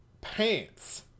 pants